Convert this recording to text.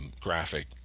graphic